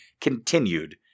continued